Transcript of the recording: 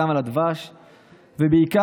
וגם על הדבש.